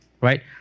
right